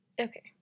Okay